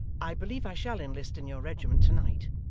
i believe i shall enlist in your regiment to-night.